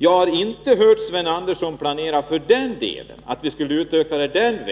Jag har inte hört att Sven Andersson velat planera för en utökning på det området.